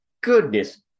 Goodness